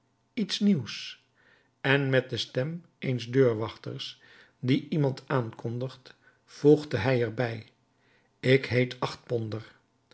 iets nieuws en met de stem eens deurwachters die iemand aankondigt voegde hij er bij ik heet achtponder